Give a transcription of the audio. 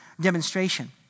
demonstration